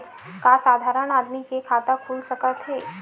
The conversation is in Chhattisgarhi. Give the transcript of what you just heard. का साधारण आदमी के खाता खुल सकत हे?